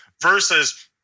versus